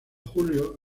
julio